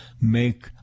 make